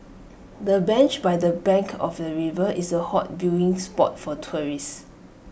the bench by the bank of the river is A hot viewing spot for tourist